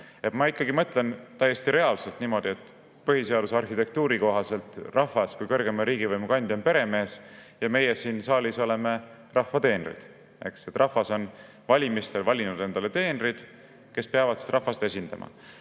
Ma mõtlen täiesti reaalselt niimoodi, et põhiseaduse arhitektuuri kohaselt on rahvas kui kõrgeima riigivõimu kandja peremees ja meie siin saalis oleme rahva teenrid. Rahvas on valimistel valinud endale teenrid, kes peavad seda rahvast esindama.